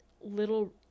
little